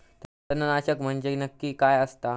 तणनाशक म्हंजे नक्की काय असता?